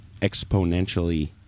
exponentially